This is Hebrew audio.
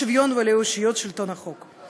לשוויון ולאושיות שלטון החוק.